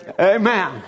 Amen